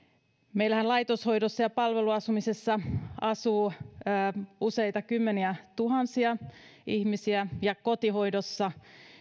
meillähän laitoshoidossa ja palveluasumisessa asuu useita kymmeniä tuhansia ihmisiä ja kotihoidossa